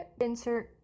Insert